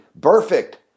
Perfect